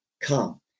come